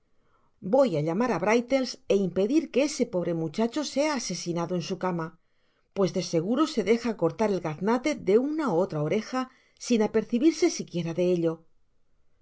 voy á llamar á brittles é impedir que ese pobre muchacho sea asesinado en su cama pues de seguro se deja cortar el gaznate de una á otra oreja sin apercibirse siquiera de ello